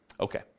Okay